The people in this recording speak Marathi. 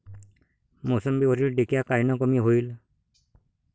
मोसंबीवरील डिक्या कायनं कमी होईल?